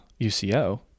UCO